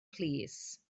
plîs